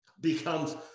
becomes